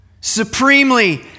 supremely